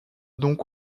donc